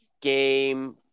Game